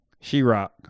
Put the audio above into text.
She-Rock